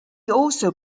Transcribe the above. also